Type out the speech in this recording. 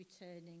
returning